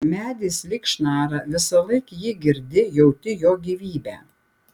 medis lyg šnara visąlaik jį girdi jauti jo gyvybę